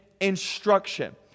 instruction